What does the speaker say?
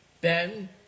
Ben